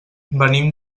venim